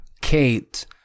kate